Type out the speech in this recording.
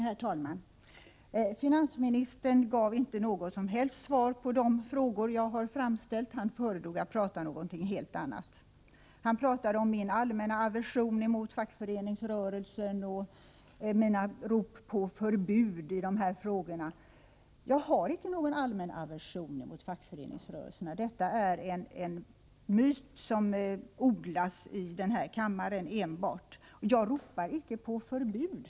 Herr talman! Finansministern gav inte något som helst svar på de frågor som jag har framställt. Han föredrog att tala om någonting helt annat. Han talade om min allmänna aversion mot fackföreningsrörelsen och mina rop på ”förbud” i de här frågorna. Jag har icke någon allmän aversion mot fackföreningsrörelserna. Det är en myt som enbart odlas här i kammaren. Jag ropar icke på förbud.